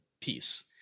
piece